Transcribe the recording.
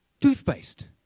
Toothpaste